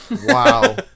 Wow